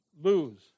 lose